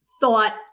thought